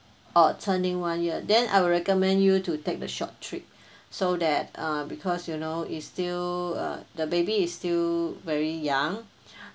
oh turning one year then I would recommend you to take the short trip so that uh because you know it's still uh the baby is still very young